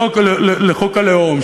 לחוק הלאום,